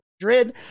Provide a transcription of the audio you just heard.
Madrid